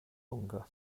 hunger